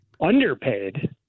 underpaid